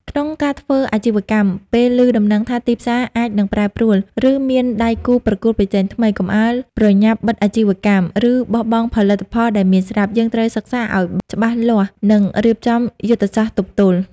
ក្នុងការធ្វើអាជីវកម្ម ពេលឮដំណឹងថាទីផ្សារអាចនឹងប្រែប្រួល ឬមានដៃគូប្រកួតប្រជែងថ្មី កុំអាលប្រញាប់បិទអាជីវកម្ម ឬបោះបង់ផលិតផលដែលមានស្រាប់ យើងត្រូវសិក្សាឲ្យច្បាស់លាស់ និងរៀបចំយុទ្ធសាស្ត្រទប់ទល់។